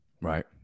Right